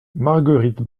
marguerite